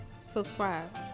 subscribe